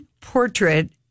portrait